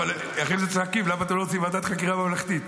ואחרי זה צועקים: למה אתם לא רוצים ועדת חקירה ממלכתית?